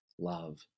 love